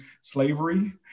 slavery